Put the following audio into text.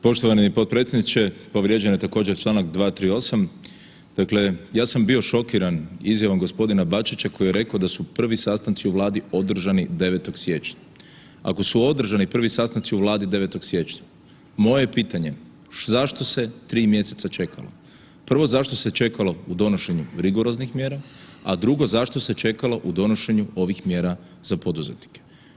Poštovani potpredsjedniče povrijeđen je također Članak 238., dakle ja sam bio šokiran izjavom gospodina Bačića koji je rekao da su prvi sastanci u Vladi održani 9. siječnja, ako su održani prvi sastanci u Vladi 9. siječnja, moje je pitanje zašto se 3 mjeseca čekalo, prvo zašto se čekalo u donošenju rigoroznih mjera, a drugo zašto se čekalo u donošenju ovih mjera za poduzetnike.